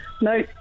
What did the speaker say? No